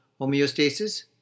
homeostasis